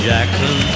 Jackson